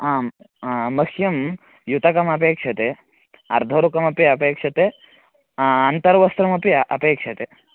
आम् मह्यं युतकमपेक्षते अर्धोरुकमपि अपेक्षते अन्तर्वस्त्रमपि अपेक्षते